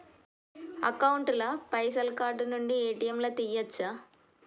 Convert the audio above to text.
Account ల పైసల్ card నుండి ఏ.టి.ఎమ్ లా తియ్యచ్చా?